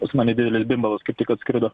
pas mane didelis bimbalas kaip tik atskrido